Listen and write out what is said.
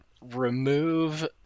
remove